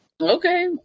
Okay